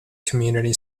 community